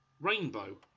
rainbow